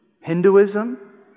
Hinduism